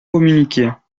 communiquer